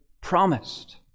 promised